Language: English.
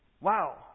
Wow